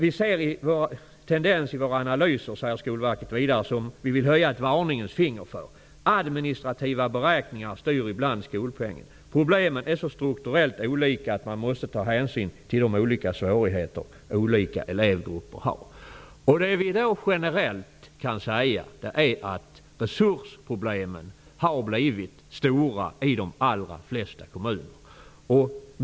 Vi ser tendenser i våra analyser, säger Skolverket vidare, som vi vill höja ett varningens finger för. Administrativa beräkningar styr ibland skolpengen. Problemen är så strukturellt olika att man måste ta hänsyn till de olika svårigheter olika elevgrupper har. Då kan vi generellt säga att resursproblemen har blivit stora i de allra flesta kommuner.